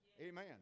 Amen